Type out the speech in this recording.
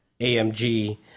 AMG